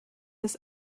des